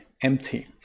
empty